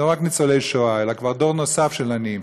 לא רק ניצולי שואה אלא גם דור נוסף של עניים,